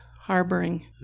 harboring